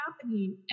happening